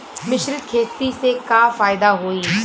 मिश्रित खेती से का फायदा होई?